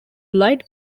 light